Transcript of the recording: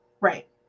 right